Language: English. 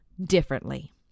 differently